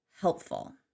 helpful